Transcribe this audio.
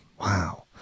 Wow